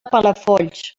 palafolls